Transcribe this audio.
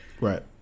right